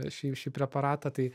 šį šį preparatą tai